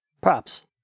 Props